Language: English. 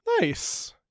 Nice